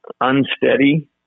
unsteady